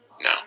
no